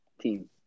team